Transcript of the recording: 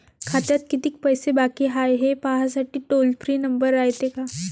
खात्यात कितीक पैसे बाकी हाय, हे पाहासाठी टोल फ्री नंबर रायते का?